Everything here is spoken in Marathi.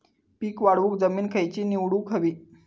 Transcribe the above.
पीक वाढवूक जमीन खैची निवडुक हवी?